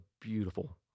beautiful